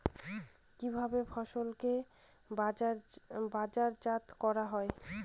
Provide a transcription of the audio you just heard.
কিভাবে ফসলকে বাজারজাত করা হয়?